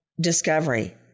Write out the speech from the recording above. discovery